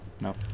No